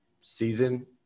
season